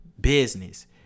business